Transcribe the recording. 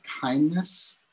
kindness